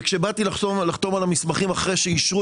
וכשבאתי לחתום על המסמכים אחרי שאישרו